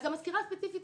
אז המזכירה הספציפית